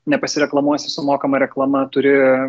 nepasireklamuosi su mokama reklama turi